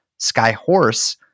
Skyhorse